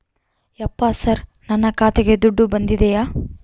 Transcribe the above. ಯಪ್ಪ ಸರ್ ನನ್ನ ಖಾತೆಗೆ ದುಡ್ಡು ಬಂದಿದೆಯ?